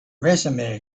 resume